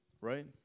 right